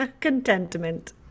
Contentment